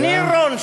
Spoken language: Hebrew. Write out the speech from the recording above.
נירון,